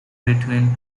between